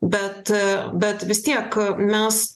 bet bet vis tiek mes